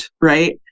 right